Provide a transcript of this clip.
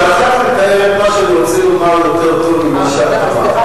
עכשיו אתאר את מה שאני רוצה לומר יותר טוב ממה שאת אמרת,